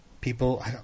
people